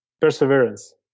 Perseverance